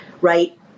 right